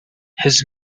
his